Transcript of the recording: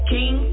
King